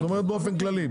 את אומרת באופן כללי.